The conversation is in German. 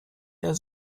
der